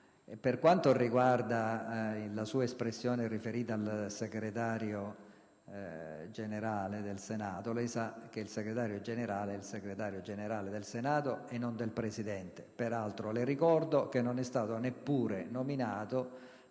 Per quanto riguarda la sua espressione riferita al Segretario generale, lei sa che il Segretario generale è il Segretario generale del Senato e non del Presidente. Peraltro, le ricordo che l'attuale Segretario